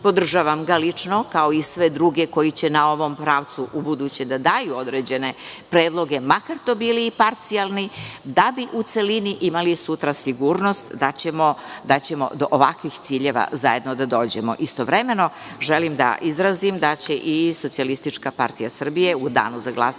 Podržavam ga lično, kao i sve druge koji će na ovom pravcu ubuduće da daju određene predloge, makar to bili i parcijalni, da bi u celini imali sutra sigurnost da ćemo do ovakvih ciljeva zajedno da dođemo. Istovremeno, želim da izrazim da će i SPS u danu za glasanje